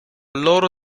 loro